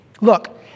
Look